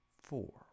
four